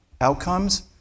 outcomes